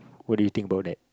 what do you think about that